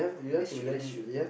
that's true that's true